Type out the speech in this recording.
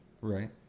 Right